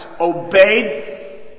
obeyed